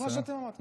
כמו שאתם אמרתם,